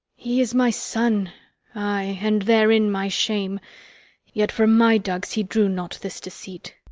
he is my son ay, and therein my shame yet from my dugs he drew not this deceit.